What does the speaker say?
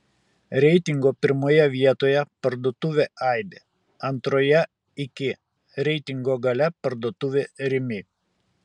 reitingo pirmoje vietoje parduotuvė aibė antroje iki reitingo gale parduotuvė rimi